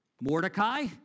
Mordecai